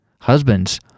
Husbands